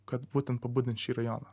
kad būtent pabudint šį rajoną